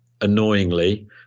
annoyingly